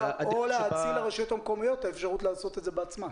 או להאציל לרשויות המקומיות את האפשרות לעשות את זה בעצמן.